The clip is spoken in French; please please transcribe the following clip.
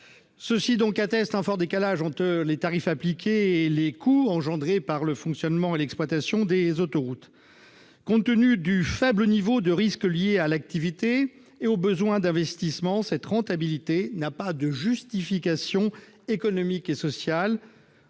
un fait avéré. Un fort décalage existe entre les tarifs appliqués et les coûts engendrés par le fonctionnement et l'exploitation des autoroutes. Compte tenu du faible niveau de risque lié à l'activité et des besoins en investissements, cette rentabilité n'a pas de justification économique ou sociale.